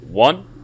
One